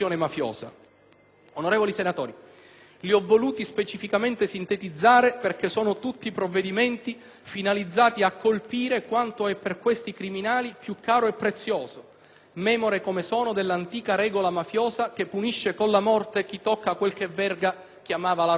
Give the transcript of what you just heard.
Onorevoli senatori, ho voluto specificamente sintetizzare perché sono tutte misure finalizzate a colpire quanto è per questi criminali più caro e prezioso, memore come sono dell'antica regola mafiosa che punisce con la morte chi tocca quella che Verga chiamava la "robba".